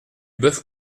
boeuf